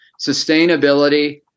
sustainability